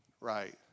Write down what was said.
right